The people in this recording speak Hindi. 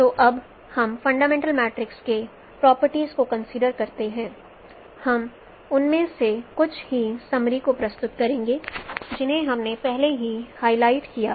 तो अब हम फंडामेंटल मैट्रिक्स के प्रॉपर्टीज को कंसीडर करते हैं हम उनमें से कुछ को समरी में प्रस्तुत करेंगे जिन्हें हमने पहले ही हाईलाइट किया है